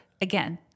Again